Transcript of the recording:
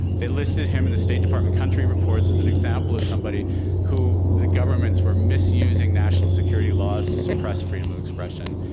they enlisted him in the state department country reports as an example of somebody who that governments were misusing national security laws to suppress freedom of expression.